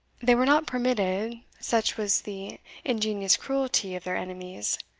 they were not permitted, such was the ingenious cruelty of their enemies,